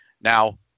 Now